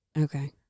okay